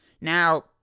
Now